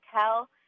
tell